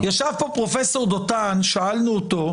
שאלנו את פרופ' דותן שישב פה,